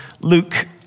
Luke